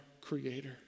creator